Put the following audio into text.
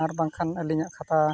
ᱟᱨᱵᱟᱝᱠᱷᱟᱱ ᱟᱹᱞᱤᱧᱟᱜ ᱠᱷᱟᱛᱟ